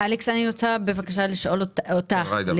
אני לא סתם שואל את השאלה.